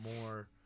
more